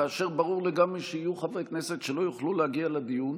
כאשר ברור לגמרי שיהיו חברי כנסת שלא יוכלו להגיע לדיון,